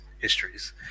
histories